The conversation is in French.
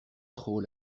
trop